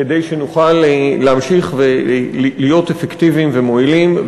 כדי שנוכל להמשיך ולהיות אפקטיביים ומועילים.